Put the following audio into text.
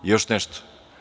Još nešto.